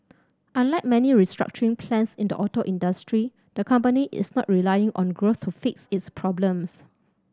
unlike many restructuring plans in the auto industry the company is not relying on growth to fix its problems